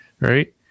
Right